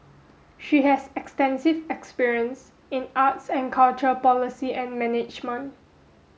she has extensive experience in arts and culture policy and management